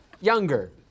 younger